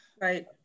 right